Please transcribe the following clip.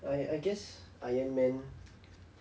I I guess iron man